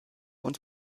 und